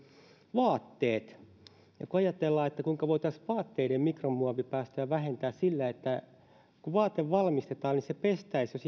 vaatteet kun ajatellaan kuinka voitaisiin vaatteiden mikromuovipäästöjä vähentää niin kun vaate valmistetaan jos se pestäisiin